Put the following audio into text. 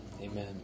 Amen